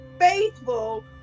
faithful